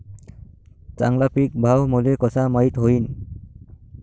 चांगला पीक भाव मले कसा माइत होईन?